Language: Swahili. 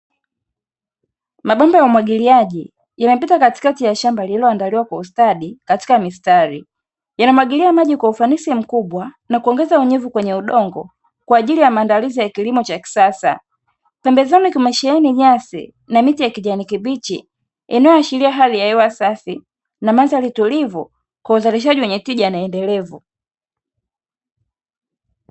Mabomba ya umwagiliaji yanapita katikati ya shamba lililoandaliwa kwa ustadi katika mistari, yanamwagilia maji kwa ufanisi mkubwa na kuongeza unyevu kwenye udongo, kwa ajili ya maandalizi ya kilimo cha kisasa. Pembezoni kumesheheni nyasi, na miti ya kijani kibichi inayoashiria hali ya hewa safi, na mandhari tulivu kwa uzalishaji wenye tija na endelevu.